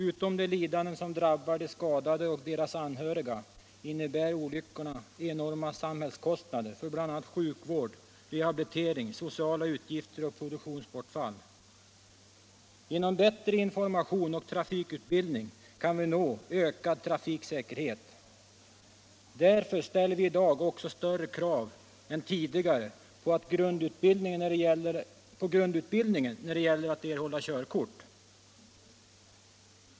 Utom de lidanden som drabbar de skadade och deras anhöriga innebär olyckorna enorma samhällskostnader för bl.a. sjukvård, rehabilitering, sociala utgifter och produktionsbortfall. Genom bättre information och trafikutbildning kan vi nå ökad trafiksäkerhet. Därför ställer vi i dag också större krav än tidigare på grundutbildningen när det gäller att erhålla körkort.